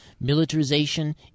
militarization